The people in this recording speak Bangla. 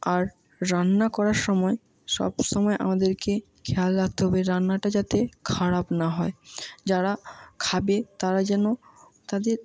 আর রান্না করার সময় সবসময় আমাদেরকে খেয়াল রাখতে হবে রান্নাটা যাতে খারাপ না হয় যারা খাবে তারা যেন তাদের